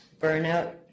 burnout